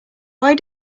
why